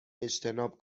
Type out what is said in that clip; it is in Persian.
اجتناب